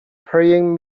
playing